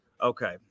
okay